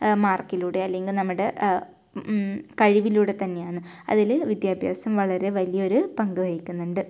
മാർക്കിലൂടെ അല്ലെങ്കിൽ നമ്മുടെ കഴിവിലൂടെ തന്നെയാണ് അതിൽ വിദ്യാഭ്യാസം വളരെ വലിയൊരു പങ്ക് വഹിക്കുന്നുണ്ട്